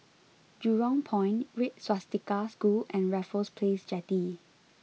Jurong Point Red Swastika School and Raffles Place Jetty